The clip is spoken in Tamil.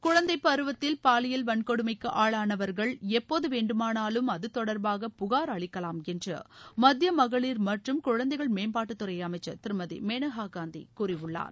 குழந்தை பருவத்தில் பாலியியல் வன்கொடுமைக்கு எப்போகி வேண்டுமானாலும் அது தொடர்பாக புகார் அளிக்கலாம் என்று மத்திய மகளிர் மற்றும் குழந்தைகள் மேம்பாட்டுத்துறை அமைச்சர் திருமதி மேனகா காந்தி கூறியுள்ளார்